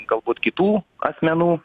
galbūt kitų asmenų